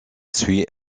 suit